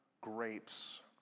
grapes